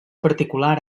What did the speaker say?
particular